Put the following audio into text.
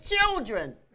children